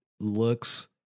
looks